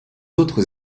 autres